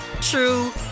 true